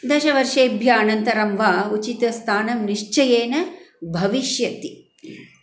दशवर्षेभ्यः अनन्तरं वा उचितस्थानं निश्चयेन भविष्यति